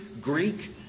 Greek